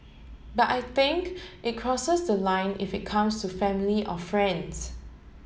but I think it crosses the line if it comes to family or friends